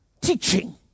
teaching